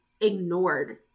ignored